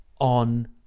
on